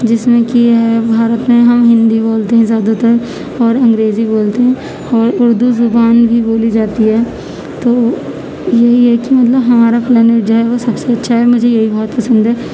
جس میں کہ ہے بھارت میں ہم ہندی بولتے ہیں زیادہ تر اور انگریزی بولتے ہیں اور اردو زبان بھی بولی جاتی ہے تو یہی ہے کہ مطلب ہمارا پلانیٹ جو ہے وہ سب سے اچھا ہے مجھے یہی بہت پسند ہے